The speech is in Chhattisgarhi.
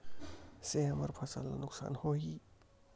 से हमर फसल ला नुकसान होही?